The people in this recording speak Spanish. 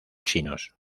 chinos